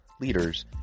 leaders